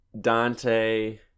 dante